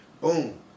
boom